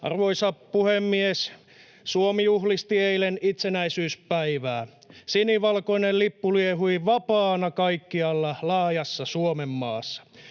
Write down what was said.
Arvoisa puhemies! Suomi juhlisti eilen itsenäisyyspäivää. Sinivalkoinen lippu liehui vapaana kaikkialla laajassa Suomenmaassa.